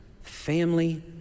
family